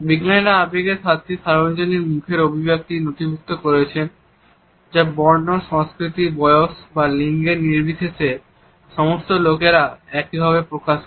বিজ্ঞানীরা আবেগের সাতটি সার্বজনীন মুখের অভিব্যক্তি নথিভুক্ত করেছেন যা বর্ণ সংস্কৃতি বয়স বা লিঙ্গ নির্বিশেষে সমস্ত লোকেরা একইভাবে প্রকাশ করে